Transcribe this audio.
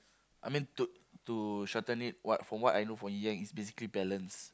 I mean to to shorten it what from what I know from ying yang is basically balance